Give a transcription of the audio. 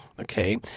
okay